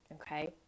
Okay